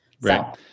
Right